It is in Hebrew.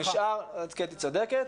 קטי צודקת.